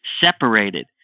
separated